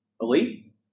Elite